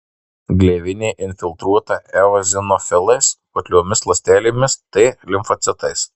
gleivinė infiltruota eozinofilais putliomis ląstelėmis t limfocitais